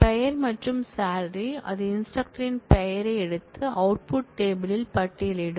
பெயர் மற்றும் சாலரி அது இன்ஸ்ட்ரக்டரின் பெயரை எடுத்து அவுட்புட் டேபிள் யில் பட்டியலிடும்